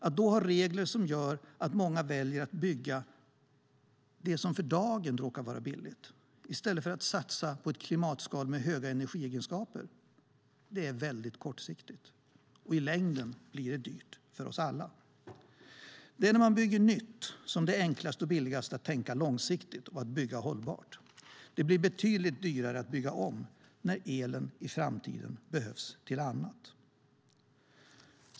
Att då ha regler som gör att många väljer att bygga det som för dagen råkar vara billigt i stället för att satsa på ett klimatskal med höga energiegenskaper är väldigt kortsiktigt, och i längden blir det dyrt för oss alla. Det är när man bygger nytt som det är enklast och billigast att tänka långsiktigt och bygga hållbart. Det blir betydligt dyrare att bygga om när elen i framtiden behövs till annat.